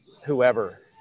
whoever